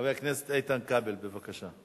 חבר הכנסת איתן כבל, בבקשה.